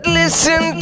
listen